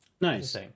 Nice